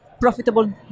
profitable